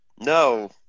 No